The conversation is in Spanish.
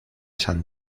san